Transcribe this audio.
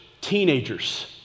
teenagers